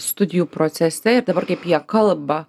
studijų procese ir dabar kaip jie kalba